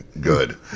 good